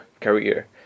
career